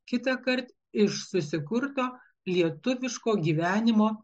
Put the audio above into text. kitąkart iš susikurto lietuviško gyvenimo